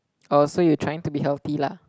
oh so you trying to be healthy lah